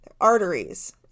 arteries